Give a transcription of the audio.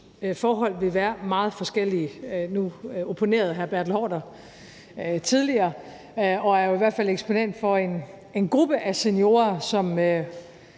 forhold vil være meget forskellige. Nu opponerede hr. Bertel Haarder tidligere og er jo i hvert fald eksponent for en gruppe af seniorer, som